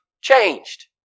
changed